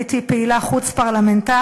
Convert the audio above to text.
הייתי פעילה חוץ-פרלמנטרית,